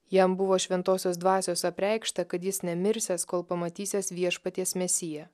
jam buvo šventosios dvasios apreikšta kad jis nemirsiąs kol pamatysiąs viešpaties mesiją